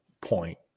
point